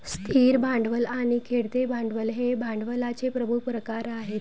स्थिर भांडवल आणि खेळते भांडवल हे भांडवलाचे प्रमुख प्रकार आहेत